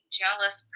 jealous